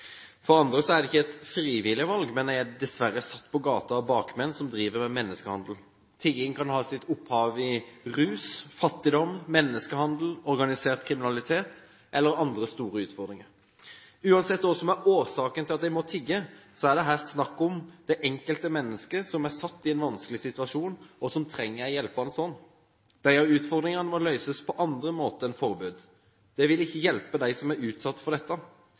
For andre er det ikke et frivillig valg, men de er dessverre satt på gata av bakmenn som driver med menneskehandel. Tigging kan ha sitt opphav i rus, fattigdom, menneskehandel, organisert kriminalitet eller andre store utfordringer. Uansett hva som er årsaken til at de må tigge, er det her snakk om det enkelte menneske som er satt i en vanskelig situasjon, og som trenger en hjelpende hånd. Disse utfordringene må løses på andre måter enn forbud – det vil ikke hjelpe dem som er utsatt for dette.